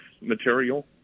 material